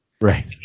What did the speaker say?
Right